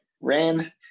ran